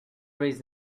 reason